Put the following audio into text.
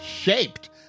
shaped